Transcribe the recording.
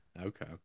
Okay